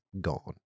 gone